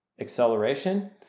acceleration